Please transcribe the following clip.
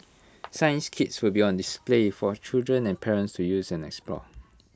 science kits will be on display for children and parents to use and explore